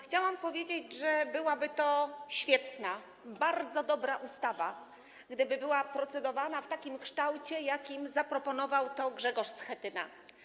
Chciałam powiedzieć, że byłaby to świetna, bardzo dobra ustawa, gdyby była procedowana w takim kształcie, jaki zaproponował Grzegorz Schetyna.